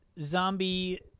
zombie